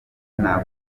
ntabwo